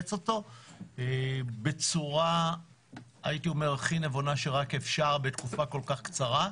ולשפץ אותו בצורה הכי נבונה שרק אפשר בתקופה כל כך קצרה,